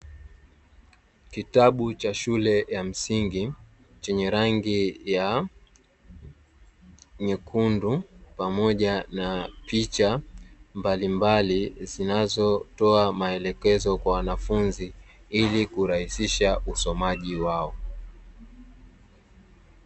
Kutabu cha shule ya msingi chenye rangi ya nyekundu pamoja na picha mbalimbali zinazotoa maelezo kwa wanafunzi ili kurahisisha usomaji wao.